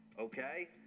Okay